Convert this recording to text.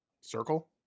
circle